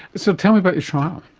so tell me about the trial.